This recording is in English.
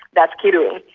that's kirui,